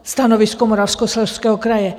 Stanovisko Moravskoslezského kraje.